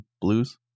blues